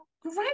great